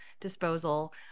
disposal